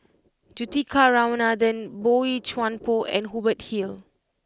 Juthika Ramanathan Boey Chuan Poh and Hubert Hill